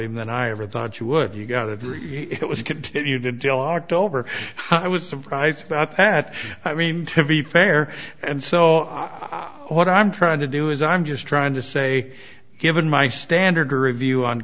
him than i ever thought you would you got it it was continued until october i was surprised about that i mean to be fair and so i'm what i'm trying to do is i'm just trying to say given my standard review on